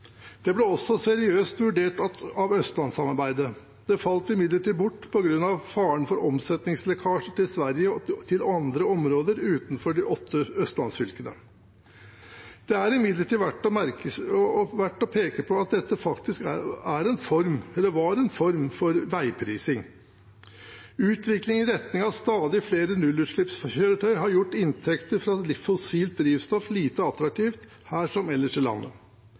Det ble også seriøst vurdert av Østlandssamarbeidet. Det falt imidlertid bort på grunn av faren for omsetningslekkasje til Sverige og til andre områder utenfor de åtte østlandsfylkene. Det er imidlertid verdt å peke på at dette faktisk var en form for veiprising. Utviklingen i retning av stadig flere nullutslippskjøretøy har gjort inntekter fra fossilt drivstoff lite attraktivt her som ellers i landet.